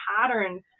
patterns